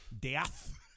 death